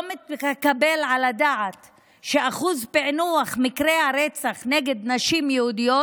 לא מתקבל על הדעת שאחוז הפיענוח של מקרי הרצח של נשים יהודיות,